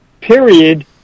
Period